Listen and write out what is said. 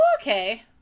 okay